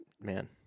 man